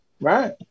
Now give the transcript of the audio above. right